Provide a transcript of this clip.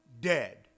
dead